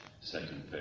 second